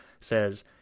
says